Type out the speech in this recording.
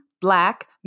Black